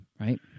Right